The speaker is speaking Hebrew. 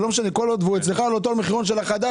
לא משנה כל עוד והוא אצלך על אותו המחירון של החדש,